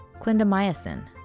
clindamycin